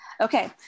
Okay